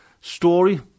story